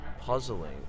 puzzling